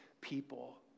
people